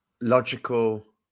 Logical